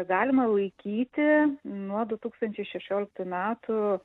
galima laikyti nuo du tūkstančiai šešioliktų metų